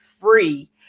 free